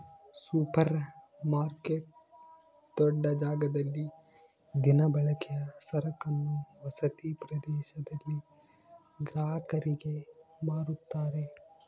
super market ದೊಡ್ಡ ಜಾಗದಲ್ಲಿ ದಿನಬಳಕೆಯ ಸರಕನ್ನು ವಸತಿ ಪ್ರದೇಶದಲ್ಲಿ ಗ್ರಾಹಕರಿಗೆ ಮಾರುತ್ತಾರೆ